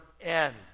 end